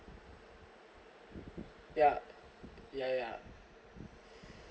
ya ya ya ya